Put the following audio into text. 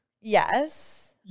yes